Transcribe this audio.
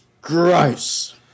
gross